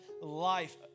life